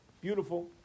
beautiful